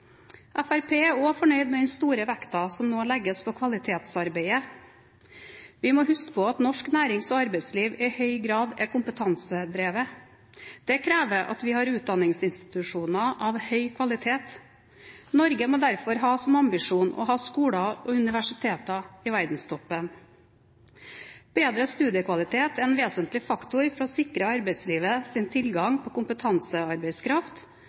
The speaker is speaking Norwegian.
Fremskrittspartiet er også fornøyd med den store vekten som nå legges på kvalitetsarbeid. Vi må huske på at norsk nærings- og arbeidsliv i høy grad er kompetansedrevet. Det krever at vi har utdanningsinstitusjoner av høy kvalitet. Norge må derfor ha som ambisjon å ha skoler og universiteter i verdenstoppen. Bedre studiekvalitet er en vesentlig faktor for å sikre arbeidslivet tilgang på kompetansearbeidskraft,